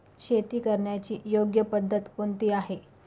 शेती करण्याची योग्य पद्धत कोणती आहे?